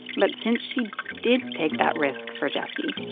but since she did take that risk for jessie,